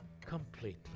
completely